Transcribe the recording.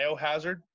Biohazard